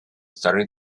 starting